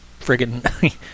friggin